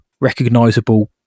recognizable